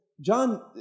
John